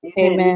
Amen